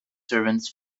servants